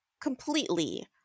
completely